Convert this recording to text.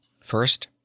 first